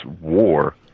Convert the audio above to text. war